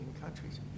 countries